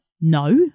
No